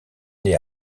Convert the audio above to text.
naît